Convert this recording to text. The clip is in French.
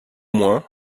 moins